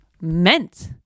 meant